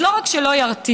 אז לא רק שלא ירתיע,